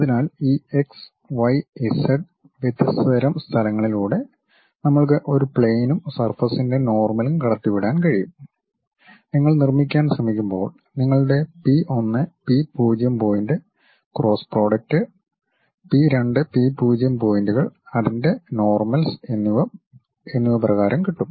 അതിനാൽ ഈ X Y Z വ്യത്യസ്ത തരം സ്ഥലങ്ങളിലൂടെ നമ്മൾക്ക് ഒരു പ്ലെയിനും സർഫസിൻ്റെ നോർമലും കടത്തിവിടാൻ കഴിയും നിങ്ങൾ നിർമ്മിക്കാൻ ശ്രമിക്കുമ്പോൾ നിങ്ങളുടെ P 1 P 0 point cross product P 2 P 0 പോയിന്റുകൾഅതിൻ്റെ നോർമത്സ് എന്നിവ പ്രകാരം കിട്ടും